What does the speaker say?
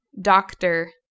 Doctor